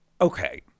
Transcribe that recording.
okay